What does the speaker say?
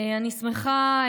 אני שמחה,